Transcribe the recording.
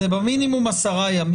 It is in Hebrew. זה במינימום עשרה ימים.